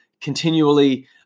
continually